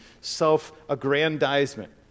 self-aggrandizement